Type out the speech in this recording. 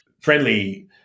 friendly